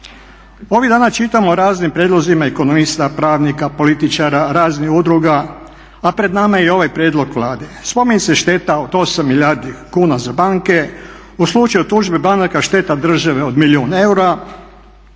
Ovih dana čitamo o raznim prijedlozima ekonomista, pravnika, političara, raznih udruga, a pred nama je i ovaj prijedlog Vlade. Spominje se šteta od 8 milijardi kuna za banke. U slučaju tužbe banaka šteta države od milijun eura,